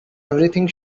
everything